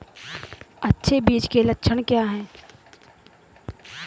अच्छे बीज के लक्षण क्या हैं?